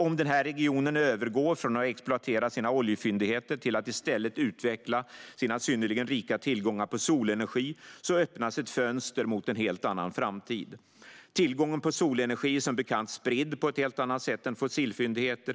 Om denna region övergår från att exploatera sina oljefyndigheter till att i stället utveckla sin synnerligen rika tillgång på solenergi öppnas ett fönster mot en helt annan framtid. Tillgången på solenergi är som bekant spridd på ett helt annat sätt än fossilfyndigheter.